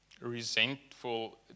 resentful